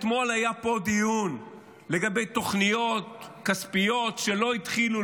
אתמול היה פה דיון על תוכניות כספיות שלא התחילו,